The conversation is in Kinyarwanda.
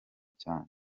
cyane